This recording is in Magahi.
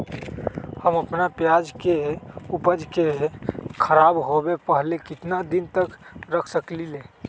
हम अपना प्याज के ऊपज के खराब होबे पहले कितना दिन तक रख सकीं ले?